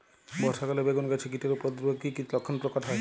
বর্ষা কালে বেগুন গাছে কীটের উপদ্রবে এর কী কী লক্ষণ প্রকট হয়?